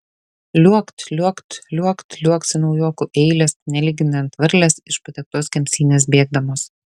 liuokt liuokt liuokt liuoksi naujokų eilės nelyginant varlės iš padegtos kemsynės bėgdamos